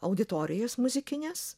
auditorijas muzikines